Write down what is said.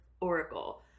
oracle